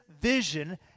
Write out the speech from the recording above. vision